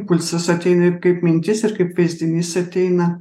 impulsas ateina ir kaip mintis ir kaip vaizdinys ateina